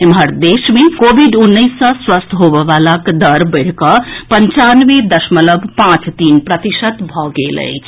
एम्हर देश मे कोविड उन्नैस सँ स्वस्थ होबय वलाक दर बढ़ि कऽ पंचानवे दशमलव पांच तीन प्रतिशत भऽ गेल अछि